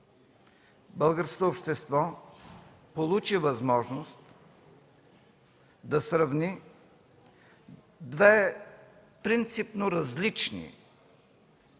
Българското общество получи възможност да сравни две принципно различни концепции